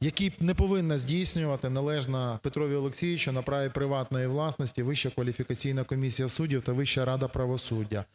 який не повинна здійснювати належна Петрові Олексійовичу на праві приватної власності Вища кваліфікаційна комісія суддів та Вища рада правосуддя.